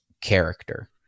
character